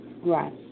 Right